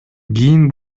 кийин